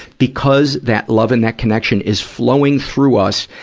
because that love and that connection is flowing through us,